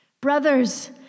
Brothers